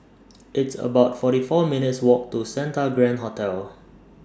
It's about forty four minutes' Walk to Santa Grand Hotel